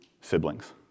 siblings